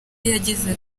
yagize